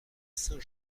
saint